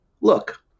look